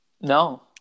No